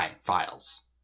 files